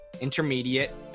intermediate